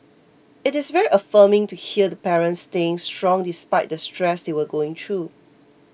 it is very affirming to hear the parents staying strong despite the stress they were going through